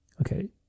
Okay